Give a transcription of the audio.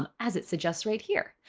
um as it suggests right here.